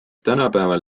tänapäeval